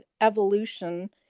evolution